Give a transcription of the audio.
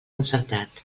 encertat